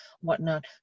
whatnot